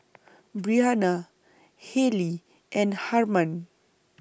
Breana Hailee and Harman